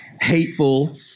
hateful